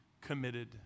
committed